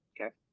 Okay